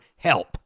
Help